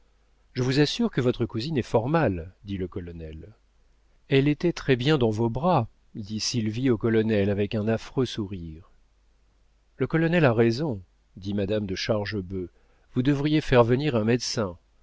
je vous assure que votre cousine est fort mal dit le colonel elle était très-bien dans vos bras dit sylvie au colonel avec un affreux sourire le colonel a raison dit madame de chargebœuf vous devriez faire venir un médecin